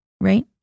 right